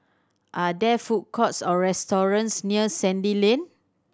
are there food courts or restaurants near Sandy Lane